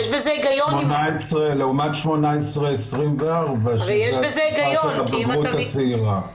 לעומת 18-24, הבגרות הצעירה.